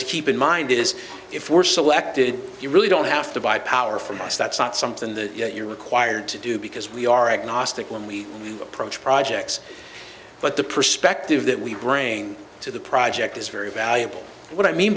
to keep in mind is if we're selected you really don't have to buy power from us that's not something that you're required to do because we are agnostic when we approach projects but the perspective that we bring to the project is very valuable what i mean